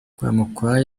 rwamukwaya